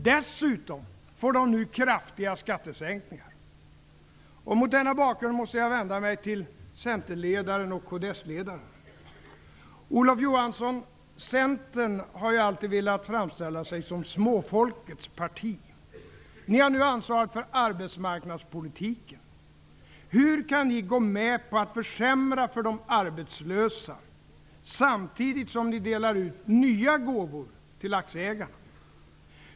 Dessutom får de nu kraftiga skattesänkningar. Mot denna bakgrund måste jag vända mig till centerledaren och kds-ledaren. Olof Johansson! Centern har alltid velat framställa sig som småfolkets parti. Ni har nu ansvaret för arbetsmarknadspolitiken. Hur kan ni gå med på att försämra för de arbetslösa, samtidigt som ni delar ut nya gåvor till aktieägarna?